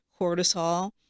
cortisol